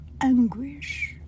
anguish